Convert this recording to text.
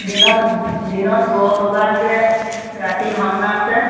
দিনত দিনত বৰসবাহ যে ৰাতি ভাওনা আছে